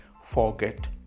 forget